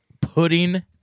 Pudding